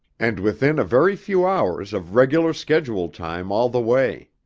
and within a very few hours of regular schedule time all the way.